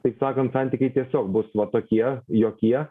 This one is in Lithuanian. taip sakant santykiai tiesiog bus va tokie jokie